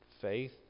faith